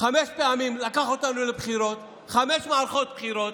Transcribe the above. חמש פעמים לקח אותנו לבחירות, חמש מערכות בחירות,